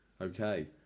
Okay